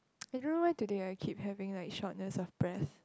I don't know why today I keep having like shortness of breath